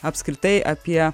apskritai apie